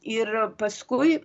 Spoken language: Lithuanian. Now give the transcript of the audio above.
ir paskui